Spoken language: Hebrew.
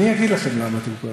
אני מעלה את הדברים